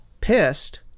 pissed